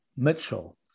Mitchell